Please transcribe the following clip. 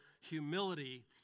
humility